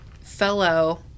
fellow